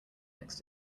next